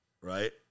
Right